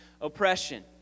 oppression